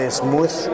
smooth